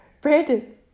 Brandon